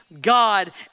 God